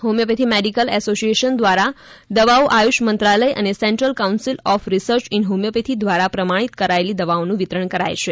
homeopathy medical association દ્વારા દવાઓ આયુષ મંત્રાલય અને central council of research in homeopathy દ્વારા પ્રમાણિત કરાયેલી દવાઓનું વિતરણ કરાય છે